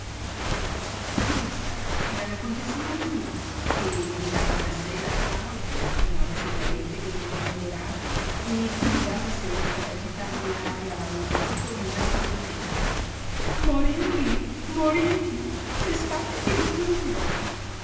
ecco questa era la contessina lulú che guidava da sé la sua auto fumava sigarette col bocchino dorato e gridava sempre agitando in aria un dito minacciosamente moringhi moringhi se scappi ti raggiungo